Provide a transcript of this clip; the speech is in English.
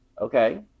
Okay